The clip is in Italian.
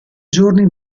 giorni